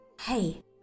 hey